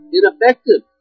Ineffective